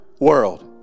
world